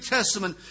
Testament